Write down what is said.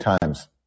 Times